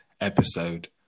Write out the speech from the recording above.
episode